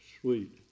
Sweet